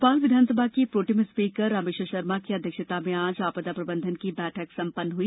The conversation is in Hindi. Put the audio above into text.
भोपाल विधानसभा के प्रोटेम स्पीकर रामेश्वर शर्मा की अध्यक्षता में आज आपदा प्रबंधन की बैठक सम्पन्न हुई